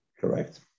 Correct